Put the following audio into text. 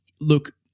look